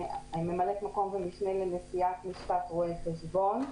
ממלאת מקום ומשנה לנשיאת לשכת רואי החשבון,